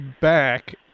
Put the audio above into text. back